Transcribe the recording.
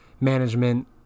management